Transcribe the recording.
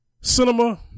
cinema